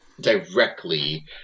directly